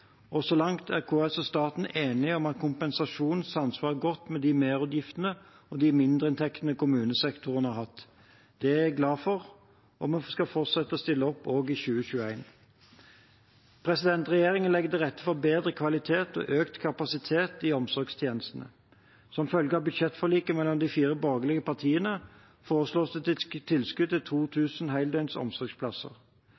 og så langt er KS og staten enige om at kompensasjonen samsvarer godt med de merutgiftene og mindreinntektene kommunesektoren har hatt. Det er jeg glad for, og vi skal fortsette å stille opp også i 2021. Regjeringen legger til rette for bedre kvalitet og økt kapasitet i omsorgstjenestene. Som følge av budsjettforliket mellom de fire borgerlige partiene foreslås det tilskudd til